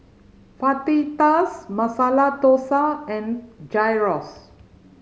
Fajitas Masala Dosa and Gyros